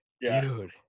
Dude